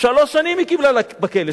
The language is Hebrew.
שלוש שנים היא קיבלה בכלא.